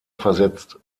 versetzt